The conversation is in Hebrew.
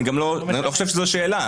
אני גם לא חושב שזו שאלה.